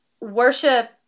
worship